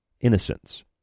innocence